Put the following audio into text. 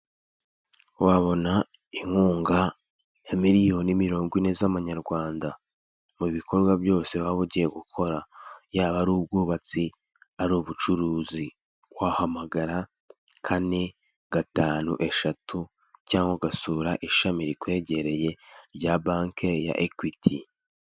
Wabona inkunga ya miliyoni mirongo ine z'amanyarwanda mu bikorwa byose waba ugiye gukora, yaba ari ubwubatsi, ari ubucuruzi wahamagara kane gatanu eshatu cyangwa ugasura ishami rikwegereye rya banke ya Ekwiti.